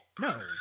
No